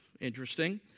Interesting